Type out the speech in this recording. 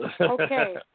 Okay